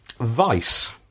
Vice